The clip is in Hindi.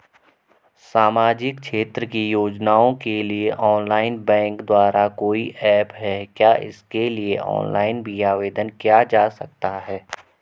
सामाजिक क्षेत्र की योजनाओं के लिए ऑनलाइन बैंक द्वारा कोई ऐप है क्या इसके लिए ऑनलाइन भी आवेदन किया जा सकता है?